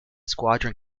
squadron